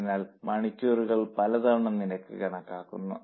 അതിനാൽ മണിക്കൂറിൽ പല തവണ നിരക്ക് കണക്കാക്കുന്നു